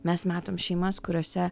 mes matom šeimas kuriose